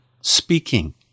speaking